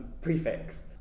prefix